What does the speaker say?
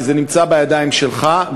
כי זה נמצא בידיים שלך,